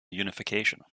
unification